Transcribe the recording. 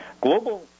global